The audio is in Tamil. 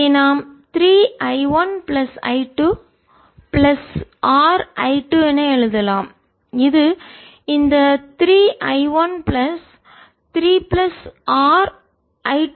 இதை நாம் 3 I 1 plus I 2 plus R I 2 என எழுதலாம் இது இந்த 3 I 1 plus 3 plus R I 2 என்பது 0 க்கு சமம்